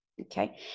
okay